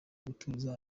gatuza